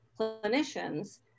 clinicians